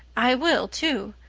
i will, too.